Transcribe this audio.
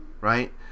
right